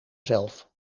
zelf